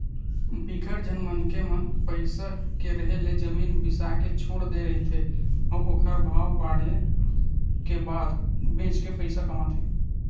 बिकट झन मनखे मन पइसा के रेहे ले जमीन बिसा के छोड़ दे रहिथे अउ ओखर भाव बाड़हे के बाद बेच के पइसा कमाथे